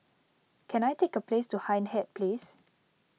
can I take a place to Hindhede Place